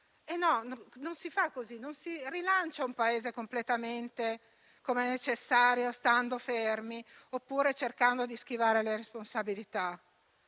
Non si fa così: non si rilancia un Paese completamente, com'è necessario, stando fermi oppure cercando di schivare le responsabilità;